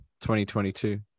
2022